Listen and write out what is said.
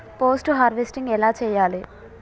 Post harvesting ఎలా చెయ్యాలే?